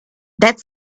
that